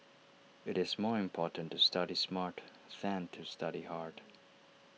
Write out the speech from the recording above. IT is more important to study smart than to study hard